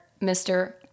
Mr